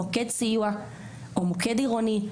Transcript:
מוקד סיוע או מוקד עירוני,